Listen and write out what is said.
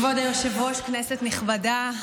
כבוד היושב-ראש, כנסת נכבדה,